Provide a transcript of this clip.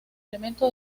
elemento